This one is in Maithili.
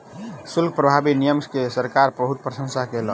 शुल्क प्रभावी नियम के सरकार बहुत प्रशंसा केलक